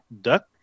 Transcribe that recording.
Duck